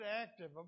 active